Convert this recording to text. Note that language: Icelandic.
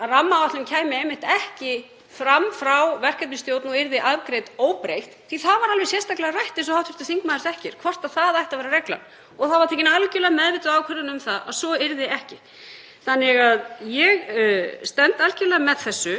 að rammaáætlun kæmi einmitt ekki fram frá verkefnisstjórn og yrði afgreidd óbreytt. Það var alveg sérstaklega rætt, eins og hv. þingmaður þekkir, hvort það ætti að vera reglan og það var tekin algerlega meðvituð ákvörðun um að svo yrði ekki. Þannig að ég stend algerlega með þessu.